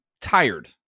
tired